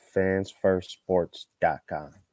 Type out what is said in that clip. fansfirstsports.com